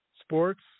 Sports